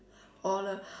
or the